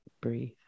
Breathe